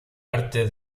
arte